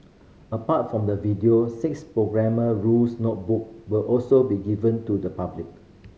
apart from the videos six Grammar Rules notebook will also be given to the public